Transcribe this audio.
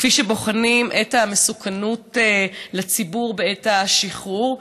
כפי שבוחנים את המסוכנות לציבור בעת השחרור,